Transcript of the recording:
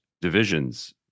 divisions